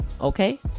Okay